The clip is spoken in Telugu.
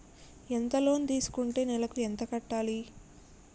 ఎంత లోన్ తీసుకుంటే నెలకు ఎంత కట్టాలి?